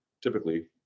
typically